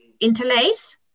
interlace